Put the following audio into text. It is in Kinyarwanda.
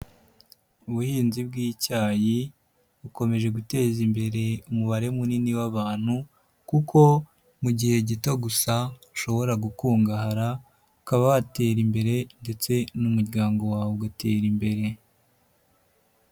Ubuhinzi bw'icyayi bukomeje guteza imbere umubare munini w'abantu kuko mu gihe gito gusa ushobora gukungahara ukaba watera imbere ndetse n'umuryango wawe ugatera imbere.